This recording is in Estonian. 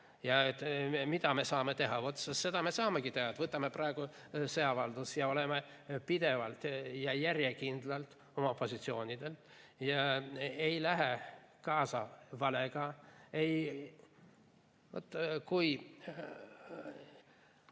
Ja mida me saame teha? Vot seda me saamegi teada, et võtame praegu selle avalduse, oleme pidevalt ja järjekindlalt oma positsioonidel ega lähe kaasa valega.